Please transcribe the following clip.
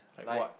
like